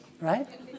Right